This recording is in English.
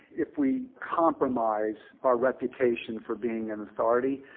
if we compromise our reputation for being an authority,